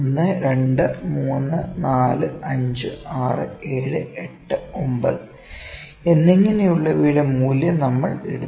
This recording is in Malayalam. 1 2 3 4 5 6 7 8 9 എന്നിങ്ങനെയുള്ളവയുടെ മൂല്യം നമ്മൾ ഇടുന്നു